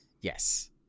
Yes